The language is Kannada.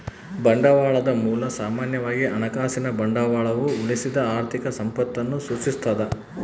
ಬಂಡವಾಳದ ಮೂಲ ಸಾಮಾನ್ಯವಾಗಿ ಹಣಕಾಸಿನ ಬಂಡವಾಳವು ಉಳಿಸಿದ ಆರ್ಥಿಕ ಸಂಪತ್ತನ್ನು ಸೂಚಿಸ್ತದ